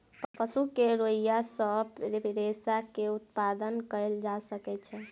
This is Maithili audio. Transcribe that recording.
पशु के रोईँयाँ सॅ रेशा के उत्पादन कयल जा सकै छै